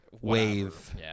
wave